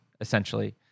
essentially